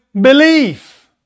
belief